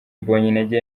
mbonyintege